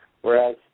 Whereas